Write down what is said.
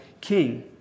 king